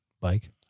bike